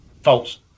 False